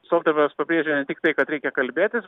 stoltenbergas pabrėžė ne tiktai kad reikia kalbėtis